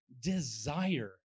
desire